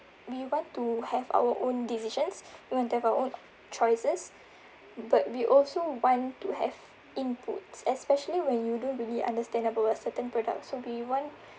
we want to have our own decisions we want to have our own choices but we also want to have inputs especially when you don't really understand about a certain products so we want